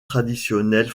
traditionnelle